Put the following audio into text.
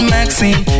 Maxine